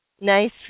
nice